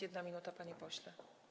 1 minuta, pani pośle.